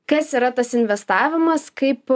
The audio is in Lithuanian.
kas yra tas investavimas kaip